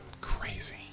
Crazy